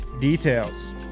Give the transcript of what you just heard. details